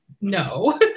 no